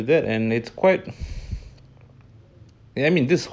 that and it's quite good I mean this